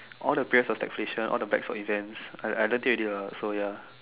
all the pierce for taxations all the backs of events I learnt it already lah so ya